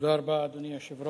תודה רבה, אדוני היושב-ראש.